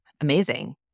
amazing